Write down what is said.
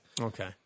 Okay